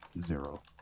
Zero